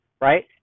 right